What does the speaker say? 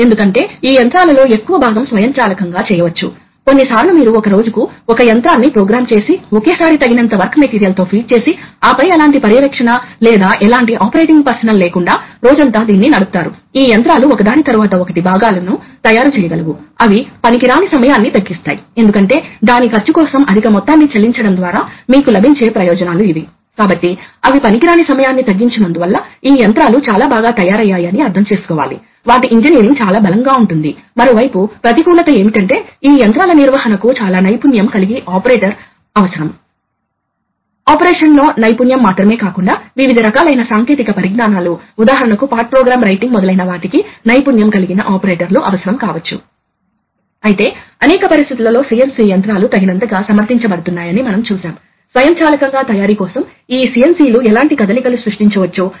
మరోవైపు హైడ్రాలిక్స్ విషయంలో ఇది ప్రత్యక్షంగా పైలట్ ప్రెషర్ తో నడపవచ్చు సాధారణంగా ఎయిర్ పైలట్ వాడవచ్చు ఇది కొన్నిసార్లు ఎలక్ట్రిక్ సిగ్నల్ పైలట్ ప్రెజర్ ని డ్రైవ్ చేసే రెండు దశల విషయం కావచ్చు కాబట్టి ఒక విధమైన ఎలక్ట్రిక్ నుండి న్యూమాటిక్ కన్వర్టర్ ఉంటుంది అది కూడా సాధ్యమే కాబట్టి వివిధ మార్గాలు ఉన్నాయి సాధారణంగా ఎలక్ట్రిక్ నుండి న్యూమాటిక్ కంట్రోలర్ ఉపయోగం ఏమిటి ఎందుకంటే ఎలక్ట్రిక్ సిగ్నల్ చాలా సింపుల్ జనెరేట్ చేయబడినది మరియు మీరు కంప్యూటర్లను ఉపయోగించవచ్చు ఎలక్ట్రిక్ సిగ్నల్పై వివిధ రకాల సిగ్నల్ ప్రాసెసింగ్ ఉపయోగించుకోవచ్చు మరియు చివరకు దానిని భద్రతా అధిక పవర్ మొదలైనవి ప్రయోజనం కోసం న్యూమాటిక్ సిగ్నల్ గా మార్చవచ్చు